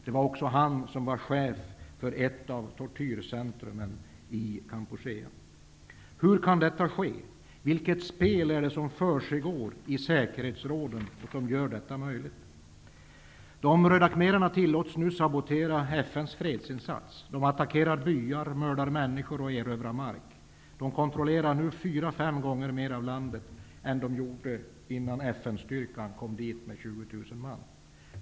Han var också chef för ett av tortyrcentrumen i Kampuchea. Hur kan detta ske? Vilket spel är det som försiggår i säkerhetsrådet och som gör detta möjligt? De röda khmererna tillåts nu sabotera FN:s fredsinsats. De attackerar byar, mördar människor och erövrar mark. De kontrollerar nu fyra till fem gånger mer av landet än de gjorde innan FN styrkan om 20 000 man kom dit.